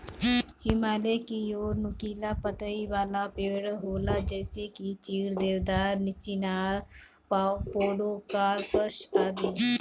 हिमालय की ओर नुकीला पतइ वाला पेड़ होला जइसे की चीड़, देवदार, चिनार, पोड़ोकार्पस आदि